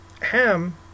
Ham